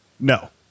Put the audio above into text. No